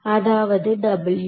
அதாவது W